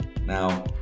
Now